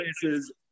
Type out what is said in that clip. places